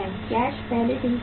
cash पहले से ही कैश है